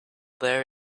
there